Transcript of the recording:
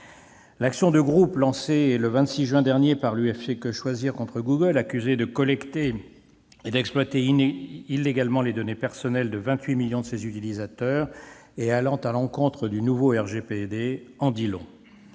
L'action de groupe lancée le 26 juin dernier par l'UFC-Que choisir contre Google, accusé de collecter et d'exploiter illégalement les données personnelles de 28 millions de ses utilisateurs et allant à l'encontre du nouveau règlement